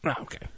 okay